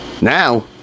Now